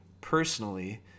personally